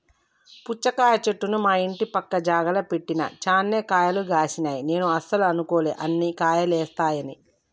పుచ్చకాయ చెట్టును మా ఇంటి పక్క జాగల పెట్టిన చాన్నే కాయలు గాశినై నేను అస్సలు అనుకోలే అన్ని కాయలేస్తాయని